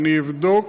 ואני אבדוק,